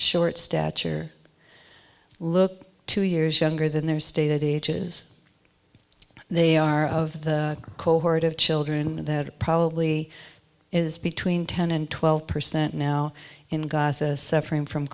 short stature look two years younger than their stated ages they are of the cohort of children and that probably is between ten and twelve percent now in gaza suffering from